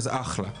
אחלה.